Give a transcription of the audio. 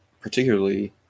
particularly